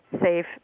safe